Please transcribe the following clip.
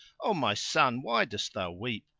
o my son, why dost thou weep?